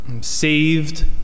saved